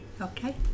Okay